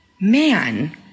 Man